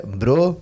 bro